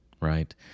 Right